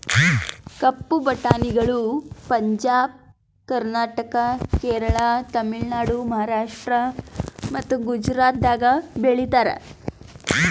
ಕಪ್ಪು ಬಟಾಣಿಗಳು ಪಂಜಾಬ್, ಕರ್ನಾಟಕ, ಕೇರಳ, ತಮಿಳುನಾಡು, ಮಹಾರಾಷ್ಟ್ರ ಮತ್ತ ಗುಜರಾತದಾಗ್ ಬೆಳೀತಾರ